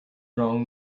wrong